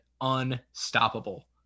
unstoppable